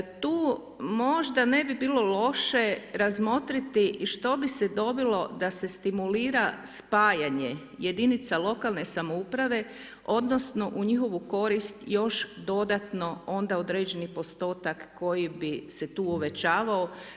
Tu možda ne bi bilo loše razmotriti i što bi se dobilo da se stimulira spajanje jedinica lokalne samouprave, odnosno u njihovu korist još dodatno onda određeni postotak koji bi se tu uvećavao.